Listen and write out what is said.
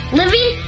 living